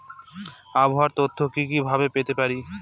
আবহাওয়ার তথ্য কি কি ভাবে পেতে পারি?